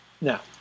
Now